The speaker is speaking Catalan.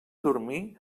dormir